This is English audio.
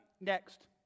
Next